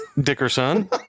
Dickerson